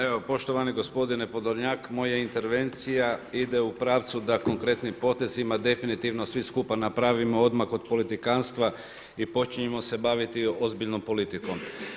Evo, poštovani gospodine Podolnjak, moja intervencija ide u pravcu da konkretnim potezima definitivno svi skupa napravimo odmak od politikanstva i počinjemo se baviti ozbiljnom politikom.